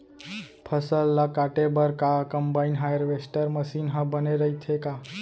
फसल ल काटे बर का कंबाइन हारवेस्टर मशीन ह बने रइथे का?